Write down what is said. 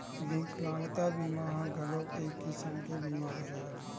बिकलांगता बीमा ह घलोक एक किसम के बीमा हरय